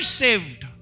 saved